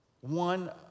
one